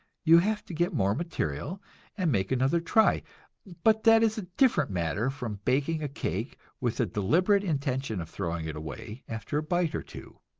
you have to get more material and make another try but that is a different matter from baking a cake with the deliberate intention of throwing it away after a bite or two.